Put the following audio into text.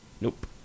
Nope